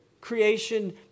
creation